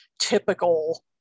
typical